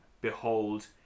behold